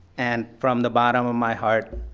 and from the bottom of my heart,